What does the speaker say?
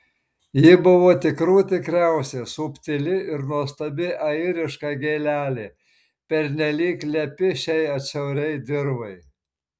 ji buvo tikrų tikriausia subtili ir nuostabi airiška gėlelė pernelyg lepi šiai atšiauriai dirvai